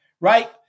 Right